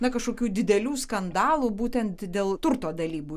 na kažkokių didelių skandalų būtent dėl turto dalybų